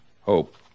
hope